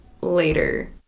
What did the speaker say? later